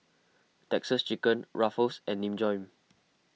Texas Chicken Ruffles and Nin Jiom